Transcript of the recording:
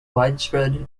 widespread